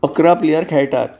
अकरा प्लेयर खेळटात